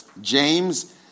James